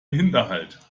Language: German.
hinterhalt